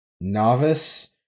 novice